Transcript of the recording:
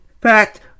fact